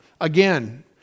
again